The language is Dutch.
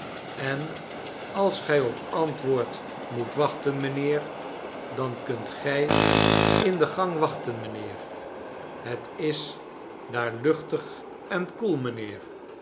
en als gij op antwoord moet wachten mijnheer dan kunt gij in den gang wachten mijnheer het is daar luchtig en koel mijnheer